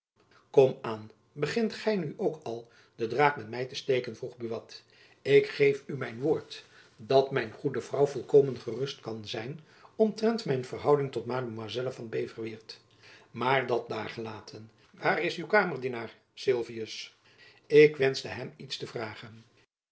kom aan begint gy nu ook al den draak met my te steken vroeg buat ik geef u mijn woord dat mijn goede vrouw volkomen gerust kan zijn omtrent mijn verhouding tot mademoiselle van beverweert maar dat daargelaten waar is uw kamerdienaar sylvius ik wenschte hem iets te vragen